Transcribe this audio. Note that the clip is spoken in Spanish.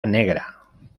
negra